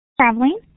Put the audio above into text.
traveling